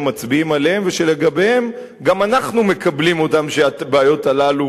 מצביעים עליהן ושלגביהן גם אנחנו מקבלים שהבעיות הללו